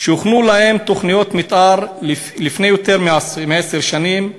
שהוכנו להם תוכניות מתאר לפני יותר מעשר שנים,